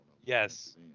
Yes